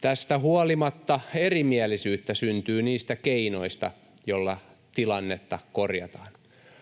Tästä huolimatta erimielisyyttä syntyy niistä keinoista, joilla tilannetta korjataan.